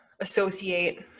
associate